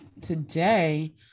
today